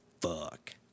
fuck